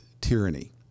tyranny